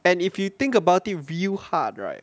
and if you think about it real hard right